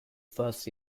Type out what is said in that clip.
first